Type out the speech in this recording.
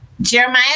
Jeremiah